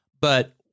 But-